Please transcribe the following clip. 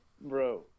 Bro